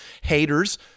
haters